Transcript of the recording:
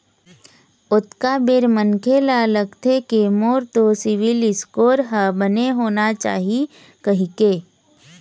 ओतका बेर मनखे ल लगथे के मोर तो सिविल स्कोर ह बने होना चाही कहिके